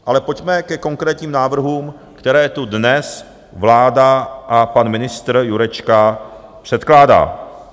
Ale pojďme ke konkrétním návrhům, které tu dnes vláda a pan ministr Jurečka předkládá.